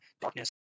darkness